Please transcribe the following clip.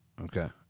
Okay